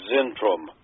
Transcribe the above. Zentrum